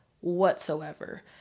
whatsoever